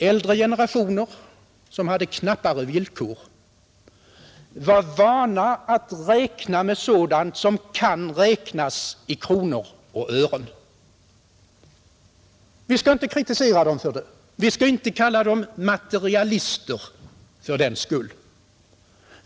Äldre generationer som hade knappare villkor var vana att räkna med sådant som kan uttryckas i kronor och ören. Vi skall inte kritisera dem för det. Vi skall inte kalla dem materialister fördenskull.